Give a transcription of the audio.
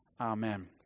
Amen